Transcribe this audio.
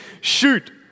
shoot